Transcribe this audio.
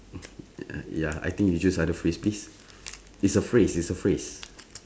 uh ya I think you choose other phrase please it it's a phrase it's a phrase